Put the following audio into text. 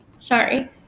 Sorry